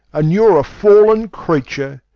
and you're a fallen creature.